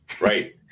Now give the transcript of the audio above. Right